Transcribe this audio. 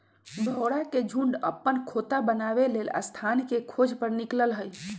भौरा के झुण्ड अप्पन खोता बनाबे लेल स्थान के खोज पर निकलल हइ